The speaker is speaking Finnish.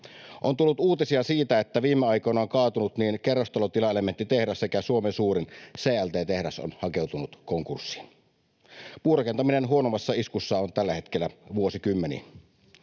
On tullut uutisia siitä, että viime aikoina on kaatunut kerrostalotilaelementtitehdas sekä Suomen suurin CLT-tehdas on hakeutunut konkurssiin. Puurakentaminen on huonommassa iskussa tällä hetkellä vuosikymmeniin.